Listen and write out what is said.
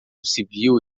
civil